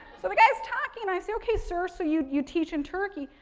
so, the guy's talking and i said okay sir, so you you teach in turkey,